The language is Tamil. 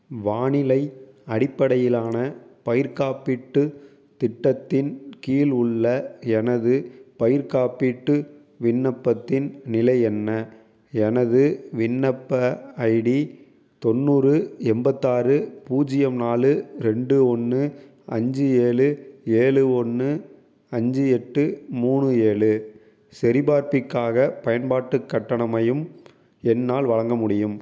வானிலை அடிப்படையிலான பயிர் காப்பீட்டு திட்டத்தின் கீழ் உள்ள எனது பயிர்க் காப்பீட்டு விண்ணப்பத்தின் நிலை என்ன எனது விண்ணப்ப ஐடி தொண்ணூறு எண்பத்தாறு பூஜ்ஜியம் நாலு ரெண்டு ஒன்று அஞ்சு ஏழு ஏழு ஒன்று அஞ்சு எட்டு மூணு ஏழு சரிபார்ப்பிக்காக பயன்பாட்டு கட்டணமயும் என்னால் வழங்க முடியும்